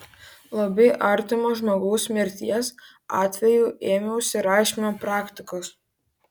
labai artimo žmogaus mirties atveju ėmiausi rašymo praktikos